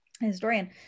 historian